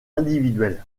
individuel